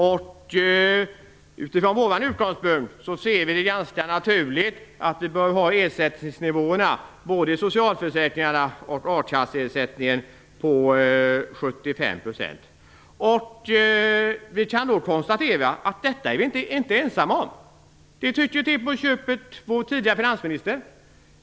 Vi anser att det är ganska naturligt att vi har ersättningsnivåerna både i socialförsäkringarna och i a-kassan på 75 %. Vi kan konstatera att vi inte är ensamma om detta. Det tyckte t.o.m. vår tidigare finansminister.